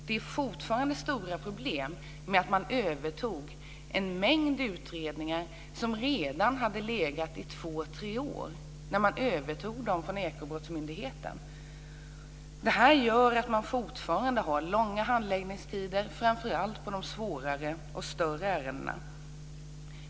Det finns fortfarande stora problem i och med att man övertog en mängd utredningar som redan hade legat i två tre år när man övertog dem. Det gör att det fortfarande är långa handläggningstider för framför allt de svårare och större ärendena.